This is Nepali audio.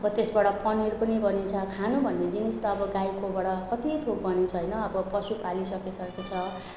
अब त्यसबाट पनिर पनि बनिन्छ खानु भन्ने जिनिस त अब गाईकोबाट कति थोक बनिन्छ होइन अब पशु पालिसकी सकेको छ